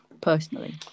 personally